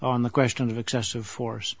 on the question of excessive force